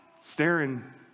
staring